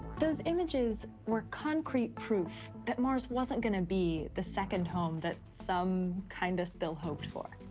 those images were concrete proof that mars wasn't going to be the second home that some kind of still hoped for.